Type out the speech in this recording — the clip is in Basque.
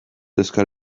euskal